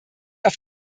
auf